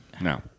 No